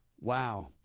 Wow